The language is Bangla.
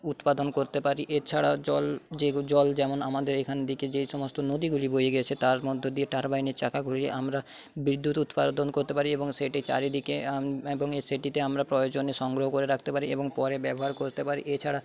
উৎপাদন করতে পারি এছাড়াও জল যেমন আমাদের এখান থেকে যেই সমস্ত নদীগুলি বয়ে গেছে তার মধ্য দিয়ে টারবাইনের চাকা ঘুরিয়ে আমরা বিদ্যুৎ উৎপাদন করতে পারি এবং সেটি চারিদিকে এবং সেটিতে আমরা প্রয়োজনে সংগ্রহ করে রাখতে পারি এবং পরে ব্যবহার করতে পারি এছাড়া